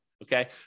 Okay